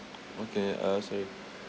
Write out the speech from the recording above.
okay uh sorry